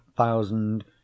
Thousand